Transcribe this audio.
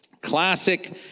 classic